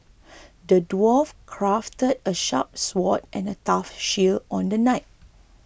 the dwarf crafted a sharp sword and a tough shield on the knight